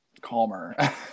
calmer